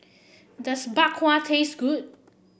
does Bak Kwa taste good